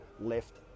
left